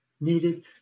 needed